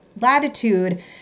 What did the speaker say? latitude